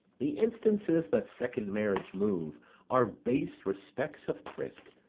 the instances that second marriage move are base respects of thrift,